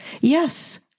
Yes